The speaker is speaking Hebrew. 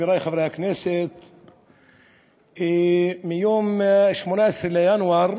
חברי חברי הכנסת, ביום 18 בינואר